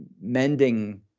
mending